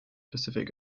pacific